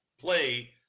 play